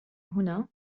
هنا